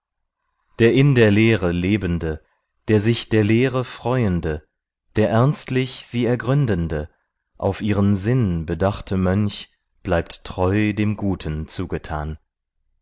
der in der lehre lebende der sich der lehre freuende der ernstlich sie ergründende auf ihren sinn bedachte mönch bleibt treu dem guten zugetan